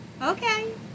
okay